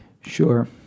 Sure